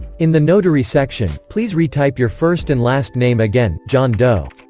in the notary section, please retype your first and last name again john doe